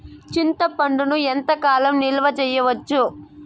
చింతపండును ఎంత కాలం నిలువ చేయవచ్చు?